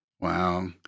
Wow